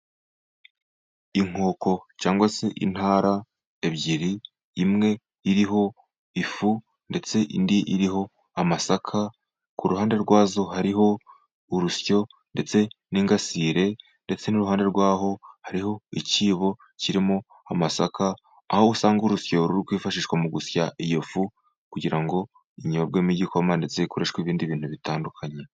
Inkoko cyangwa se intara ebyiri, imwe iriho ifu, ndetse indi iriho amasaka. Ku ruhande rwazo hariho urusyo ndetse n'ingasire, ndetse n'iruhande rw'aho hariho icyibo kirimo amasaka, aho usanga urusyo rurikwifashishwa mu gusya iyo fu. Kugira ngo inyobwemo igikoma ndetse ikoreshwe mu bindi bintu bitandukanye.